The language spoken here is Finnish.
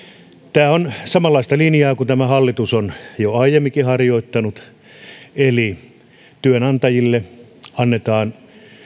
tämä on samanlaista linjaa kuin tämä hallitus on jo aiemminkin harjoittanut eli työnantajille annetaan